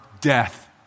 death